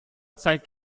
zeigt